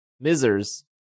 misers